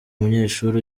munyeshuri